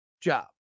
job